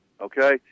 Okay